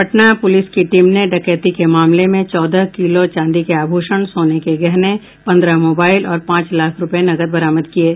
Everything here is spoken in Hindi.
पटना पूलिस की टीम ने डकैती के एक मामले में चौदह किलो चांदी के आभूषण सोने के गहने पन्द्रह मोबाईल और पांच लाख रूपये नकद बरामद किये हैं